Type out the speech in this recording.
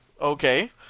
Okay